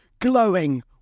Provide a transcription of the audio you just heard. glowing